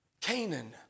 Canaan